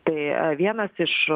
tai vienas iš